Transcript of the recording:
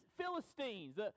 Philistines